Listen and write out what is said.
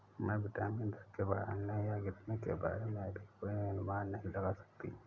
मैं विनिमय दर के बढ़ने या गिरने के बारे में अभी कोई अनुमान नहीं लगा सकती